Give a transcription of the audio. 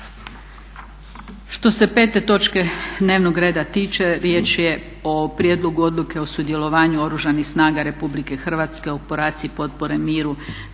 Što se pete točke dnevnog reda tiče, riječ je o Prijedlogu odluke o sudjelovanju Oružanih snaga Republike Hrvatske u operaciji potpore miru